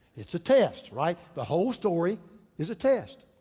it's a test, right? the whole story is a test.